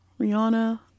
Rihanna